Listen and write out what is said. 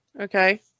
Okay